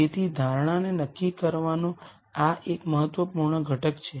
તેથી ધારણાને નક્કી કરવાનો આ એક મહત્વપૂર્ણ ઘટક છે